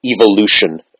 evolution